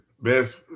best